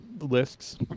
lists